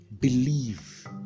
Believe